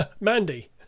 Mandy